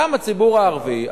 גם הציבור הערבי,